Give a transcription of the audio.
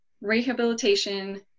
rehabilitation